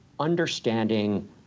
Understanding